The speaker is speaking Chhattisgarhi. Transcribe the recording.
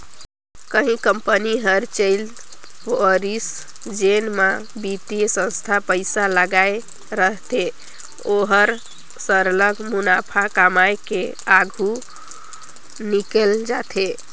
कहीं कंपनी हर चइल परिस जेन म बित्तीय संस्था पइसा लगाए रहथे ओहर सरलग मुनाफा कमाए के आघु निकेल जाथे